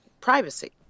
privacy